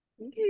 Okay